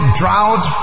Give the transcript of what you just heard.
drought